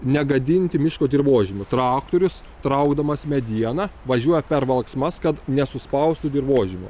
negadinti miško dirvožemio traktorius traukdamas medieną važiuoja per valksmas kad nesuspaustų dirvožemio